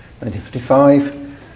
1955